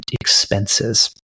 expenses